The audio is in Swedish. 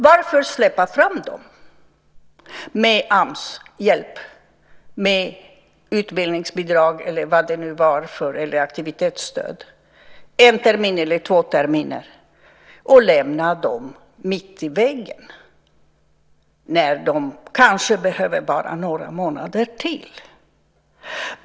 Varför släppa fram dem med AMS hjälp, med utbildningsbidrag eller aktivitetsstöd eller vad det nu är för något, en termin eller två terminer och lämna dem mitt i vägen? De kanske bara behöver några månader till.